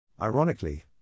Ironically